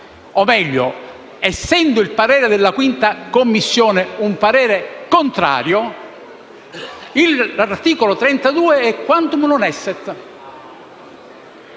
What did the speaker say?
o, meglio, essendo il parere della 5a Commissione un parere contrario, l'articolo 32 è *tamquam non esset*.